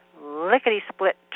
lickety-split